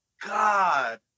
god